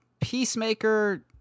Peacemaker